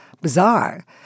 bizarre